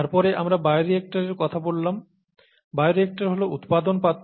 তারপরে আমরা বায়োরিয়েক্টরের কথা বললাম বায়োরিয়েক্টর হল উৎপাদন পাত্র